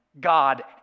God